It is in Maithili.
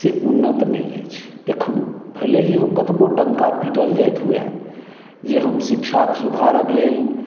उन्नति नहि अछि एखनो भलेही ओ केतबो डंका पिटल जाइत हुए जे हम शिक्षाके सुधारक लेल